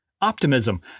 Optimism